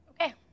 Okay